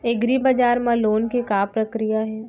एग्रीबजार मा लोन के का प्रक्रिया हे?